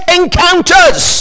encounters